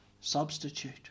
substitute